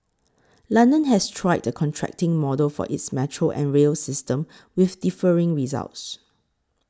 London has tried a contracting model for its metro and rail system with differing results